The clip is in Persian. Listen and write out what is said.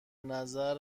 نظر